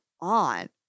on